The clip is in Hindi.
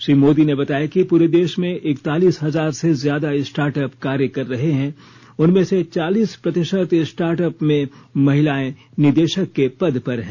श्री मोदी ने बताया कि पूरे देश में इकतालीस हजार से ज्यादा स्टार्टअप कार्य कर रहे हैं उनमें से चालीस प्रतिशत स्टार्टअप में महिलाए निदेशक के पद पर हैं